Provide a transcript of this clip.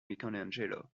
michelangelo